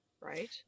right